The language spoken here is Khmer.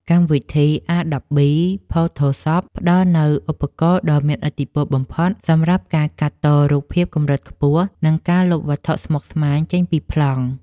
កម្មវិធី អាដបប៊ី ផូថូសប ផ្ដល់នូវឧបករណ៍ដ៏មានឥទ្ធិពលបំផុតសម្រាប់ការកាត់តរូបភាពកម្រិតខ្ពស់ និងការលុបវត្ថុស្មុគស្មាញចេញពីប្លង់។